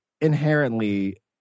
inherently